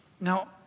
Now